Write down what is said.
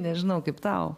nežinau kaip tau